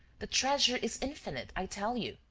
the treasure is infinite, i tell you!